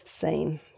seen